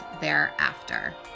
thereafter